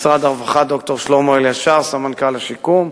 משרד הרווחה ד"ר שלמה אלישר, סמנכ"ל השיקום.